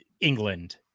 england